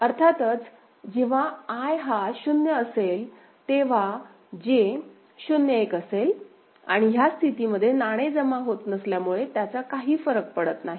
अर्थातच जेव्हा I हा 0 असेल तेव्हा J 0 1 असेल आणि ह्या स्थितीमध्ये नाणे जमा होत नसल्यामुळे त्याचा काही फरक पडत नाही